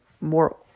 more